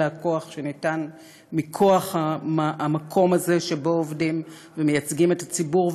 אלא הכוח שניתן מכוח המקום הזה שבו עובדים ומייצגים את הציבור,